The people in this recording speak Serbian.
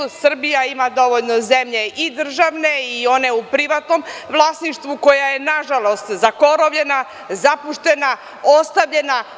Srbija ima dovoljno zemlje i državne i one u privatnom vlasništvu, koja je, nažalost, zakorovljena, zapuštena, ostavljena.